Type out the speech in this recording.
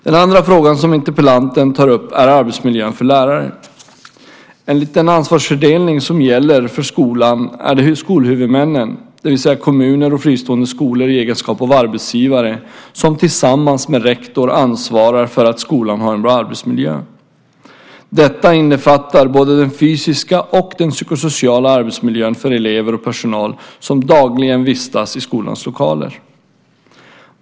Den andra frågan som tas upp i interpellationen är arbetsmiljön för lärare. Enligt den ansvarsfördelning som gäller för skolan är det skolhuvudmännen, det vill säga kommuner och fristående skolor i egenskap av arbetsgivare, som tillsammans med rektor ansvarar för att skolan har en bra arbetsmiljö. Detta innefattar både den fysiska och den psykosociala arbetsmiljön för elever och personal som dagligen vistas i skolans lokaler.